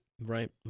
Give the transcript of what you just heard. Right